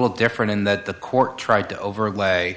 well different in that the court tried to overlay